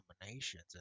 combinations